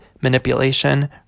manipulation